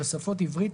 בשפות עברית,